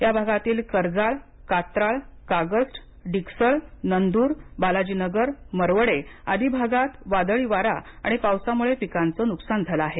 या भागातील कर्जाळ कात्राळ कागस्ट डिकसळनंदूर बालाजीनगरमरवडे आदी भागात वादळी वारा आणि पावसामुळे पिकांचं नुकसान झाले आहे